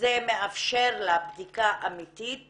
זה מאפשר לה בדיקה אמיתית